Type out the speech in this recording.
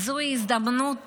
וזוהי הזדמנות